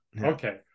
Okay